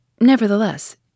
Nevertheless